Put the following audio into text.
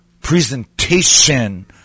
presentation